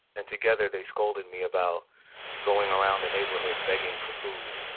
and together they scolded me about going around the neighborhood begging for food.